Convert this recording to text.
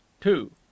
two